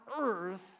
earth